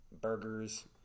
burgers